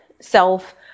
self